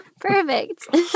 perfect